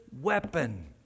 weapon